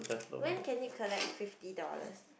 when can you collect fifty dollars